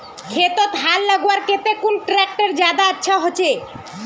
खेतोत हाल लगवार केते कुन ट्रैक्टर ज्यादा अच्छा होचए?